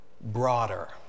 broader